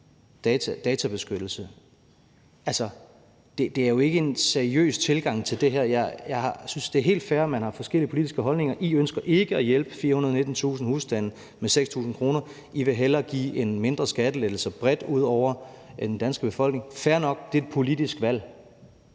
Det er jo ikke en seriøs tilgang til det her. Jeg synes, det er helt fair, at man har forskellige politiske holdninger. I ønsker ikke at hjælpe 419.000 husstande med 6.000 kr., I vil hellere give en mindre skattelettelse bredt ud over den danske befolkning. Fair nok, det er et politisk valg.